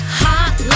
hot